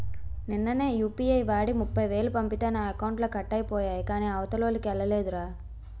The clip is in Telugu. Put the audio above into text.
నిన్ననే యూ.పి.ఐ వాడి ముప్ఫైవేలు పంపితే నా అకౌంట్లో కట్ అయిపోయాయి కాని అవతలోల్లకి ఎల్లలేదురా